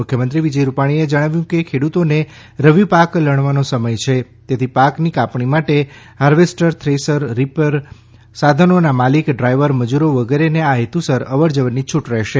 મુખ્યમંત્રી વિજય રૂપાણીએ જણાવ્યું છે કે ખેડુતોને રવી પાક લણવાનો આ સમય છે તેથી પાકની કાપણી માટે હાર્વેસ્ટર થ્રૈસર રીપર સાધનોના માલિક ડ્રાયવર મજુરો વગેરેને આ હેતુસર અવરજવરની છુટ રહેશે